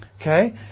Okay